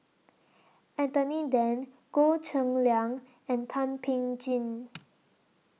Anthony Then Goh Cheng Liang and Thum Ping Tjin